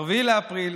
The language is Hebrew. ב-4 באפריל,